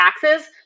taxes